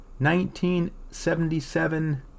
1977